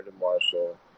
Marshall